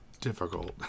difficult